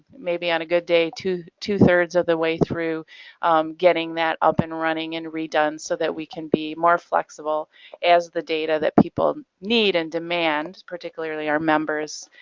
maybe on a good day, two two thirds of the way through getting that up and running and redone so that we can be more flexible as the data that people need and demand, particularly our members,